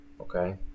okay